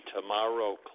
tomorrow